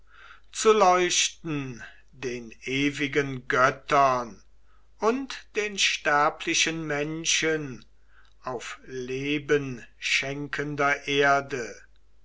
zu leuchten den ewigen göttern und den sterblichen menschen auf lebenschenkender erde